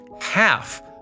half